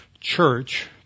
church